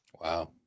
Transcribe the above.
wow